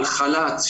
על חל"ת,